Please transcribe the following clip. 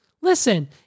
Listen